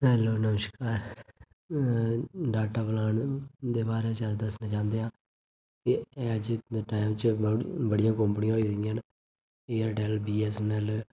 hello नमस्कार data plan दे बारे च अस किश दस्सना चांह्दे आं अज्ज दे टाइम च बड़ियां कंपनी होई दियां न एयरटैल्ल बीऐस्सऐन्नऐल्ल